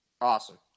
Awesome